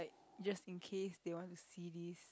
just in case they want to see this